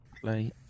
Play